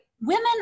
women